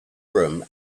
room